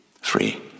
Free